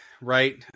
right